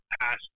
past